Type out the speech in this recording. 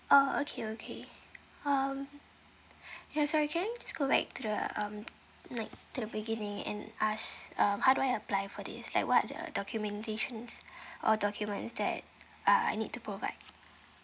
oh okay okay um yeah sorry can I just go back to the um like to the beginning and ask um how do I apply for this like what are the documentations or documents that uh I need to provide